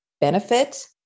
benefit